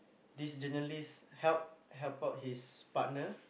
this journalist help help out his partner